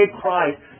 Christ